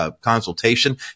consultation